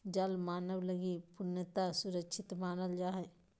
जल मानव लगी पूर्णतया सुरक्षित मानल जा हइ